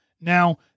Now